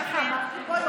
ככה אמרת לי: בואי,